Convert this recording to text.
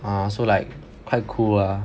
ah so like quite cool lah